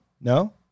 No